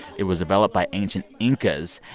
it was developed by ancient incas.